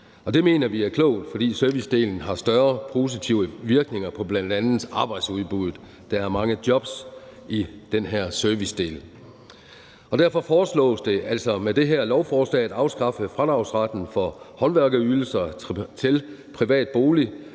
det mener vi er klogt, fordi servicedelen har større positiv virkning på bl.a. arbejdsudbuddet; der er mange jobs i den her servicedel. Derfor foreslås det altså med det her lovforslag at afskaffe fradragsretten for håndværksydelser til privat bolig